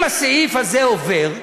אם הסעיף הזה עובר,